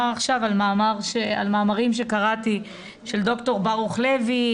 עכשיו על מאמרים שקראתי של ד"ר ברוך לוי,